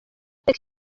reka